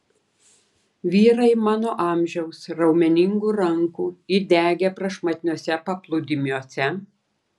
vyrai mano amžiaus raumeningų rankų įdegę prašmatniuose paplūdimiuose